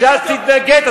ש"ס תתנגד.